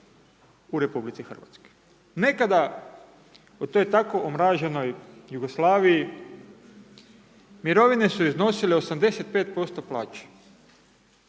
u RH. Nekada u toj tako omraženoj Jugoslaviji, mirovine su iznosile 85% plaće.